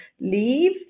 leave